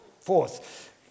fourth